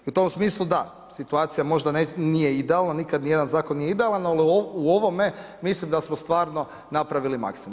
U tom smislu da, situacija možda nije idealna, nikad nijedan zakon nije idealan, ali u ovome mislim da smo stvarno napravili maksimum.